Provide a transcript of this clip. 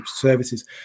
services